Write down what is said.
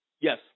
Yes